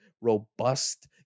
robust